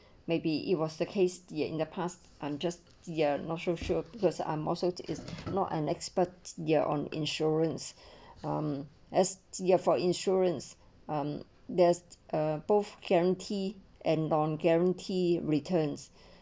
maybe it was the case yet in the past I'm just ya not sure sure because I'm also is not an expert ya on insurance um as for insurance um there's a both guarantee and don guarantee returns